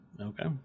Okay